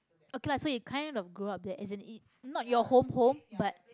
okay lah so you kind of grow up there as in y~ not your home home but